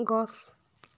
গছ